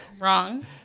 Wrong